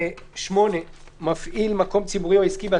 תקנה (16(א)(8) מפעיל מקום ציבורי או עסקי,